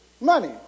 Money